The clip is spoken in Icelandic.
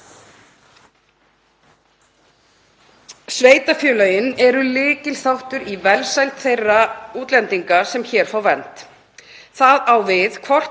Sveitarfélögin eru lykilþáttur í velsæld þeirra útlendinga sem hér fá vernd. Það á við hvort